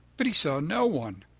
but he saw no one.